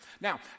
Now